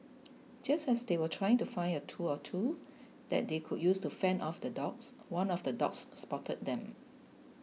just as they were trying to find a tool or two that they could use to fend off the dogs one of the dogs spotted them